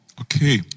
Okay